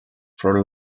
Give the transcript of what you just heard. for